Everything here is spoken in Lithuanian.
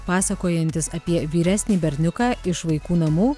pasakojantis apie vyresnį berniuką iš vaikų namų